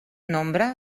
nombre